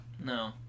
no